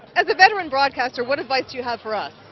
as a veteran broadcaster, what advice do you have for us?